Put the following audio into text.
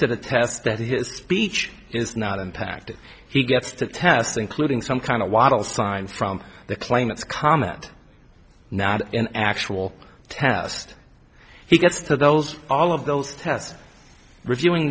to the test that his speech is not impacted he gets to tests including some kind of waddle signs from the claimant's comment not an actual test he gets to those all of those tests reviewing